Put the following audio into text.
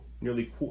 nearly